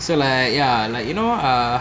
so like ya like you know ah